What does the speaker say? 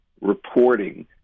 reporting